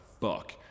fuck